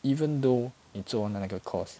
even though 你做那个 course